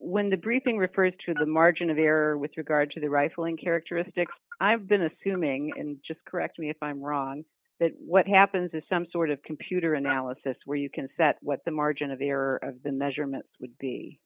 when the briefing referred to the margin of error with regard to the rifling characteristics i've been assuming and just correct me if i'm wrong that what happens is some sort of computer analysis where you can see that what the margin of error the measurement would be